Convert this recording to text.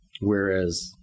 whereas